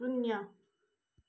शून्य